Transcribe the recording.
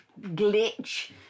glitch